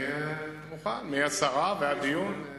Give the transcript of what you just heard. אני מוכן מהסרה ועד דיון.